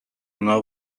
آنها